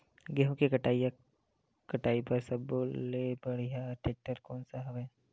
गेहूं के कटाई या कटाई बर सब्बो ले बढ़िया टेक्टर कोन सा हवय?